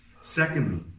Secondly